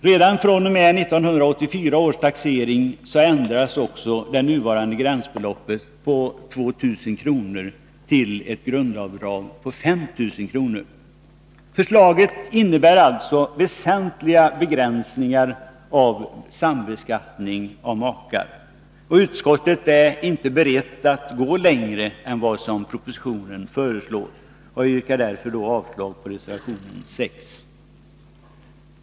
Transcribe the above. Redan fr.o.m. 1984 års taxering ändras det nuvarande gränsbeloppet på 2 000 kr. till ett grundavdrag på 5 000 kr. Förslaget innebär alltså en väsentlig begränsning av sambeskattningen av makar. Utskottet är inte berett att gå längre än vad propositionen har föreslagit. Jag yrkar därför avslag på reservation 6.